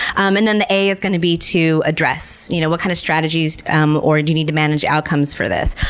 um and then the a is going to be to address. you know what kind of strategies um do you need to manage outcomes for this?